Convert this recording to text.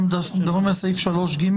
אנחנו מדברים על סעיף 3(ג)?